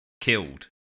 killed